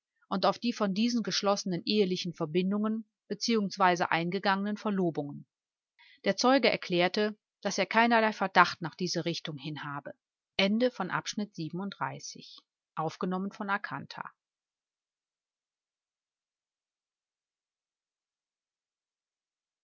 und auf die von diesen geschlossenen ehelichen verbindungen bzw eingegangenen verlobungen der zeuge erklärte daß er keinerlei verdacht nach dieser richtung hin habe